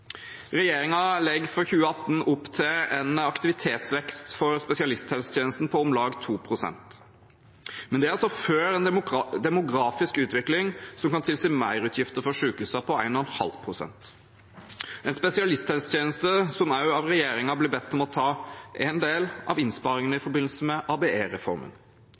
legger for 2018 opp til en aktivitetsvekst for spesialisthelsetjenesten på om lag 2 pst., men det er altså før en demografisk utvikling som kan tilsi merutgifter for sykehusene på 1,5 pst. Vi har en spesialisthelsetjeneste som av regjeringen ble bedt om ta en del av innsparingene i forbindelse med